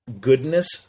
goodness